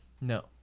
No